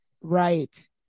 Right